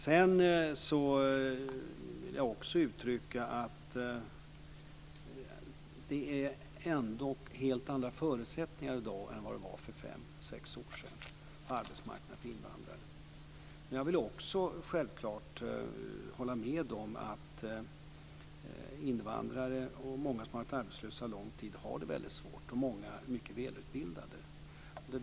Jag vill också uttrycka att det ändock är helt andra förutsättningar i dag än vad det var för fem sex år sedan för invandrare på arbetsmarknaden. Men jag vill också självfallet hålla med om att invandrare och många som har varit arbetslösa under lång tid har det väldigt svårt. Många är också mycket välutbildade.